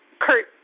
Kurt